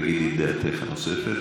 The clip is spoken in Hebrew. ותגידי את דעתך הנוספת,